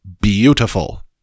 beautiful